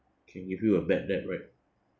can give you a bad debt right